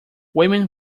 women